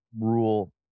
rule